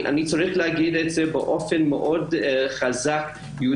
אני צריך לומר באופן מאוד חזק שאנחנו